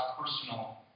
personal